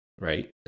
right